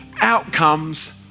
outcomes